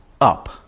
up